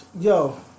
Yo